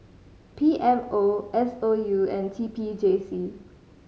P M O S O U and T P J C